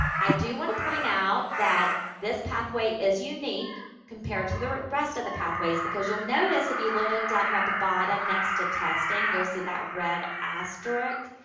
i do want to point out that this pathway is unique compared to the rest of the pathways, because you'll notice if you look down here at the bottom next to testing, you'll see that red asterisk.